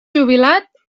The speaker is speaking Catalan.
jubilat